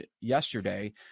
yesterday